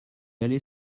allait